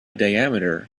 diameter